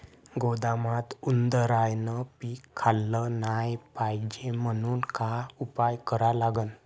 गोदामात उंदरायनं पीक खाल्लं नाही पायजे म्हनून का उपाय करा लागन?